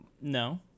No